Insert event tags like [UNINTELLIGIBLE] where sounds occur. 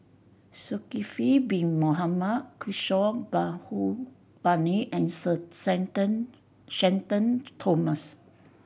Sulkifli Bin Mohamed Kishore Mahbubani and Sir [UNINTELLIGIBLE] Shenton Thomas